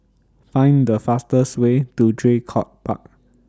Find The fastest Way to Draycott Park